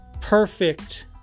perfect